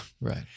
Right